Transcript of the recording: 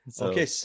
okay